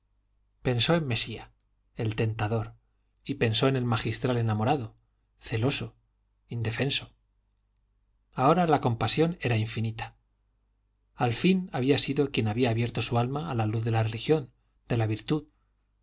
en mesía el tentador y pensó en el magistral enamorado celoso indefenso ahora la compasión era infinita al fin había sido quien había abierto su alma a la luz de la religión de la virtud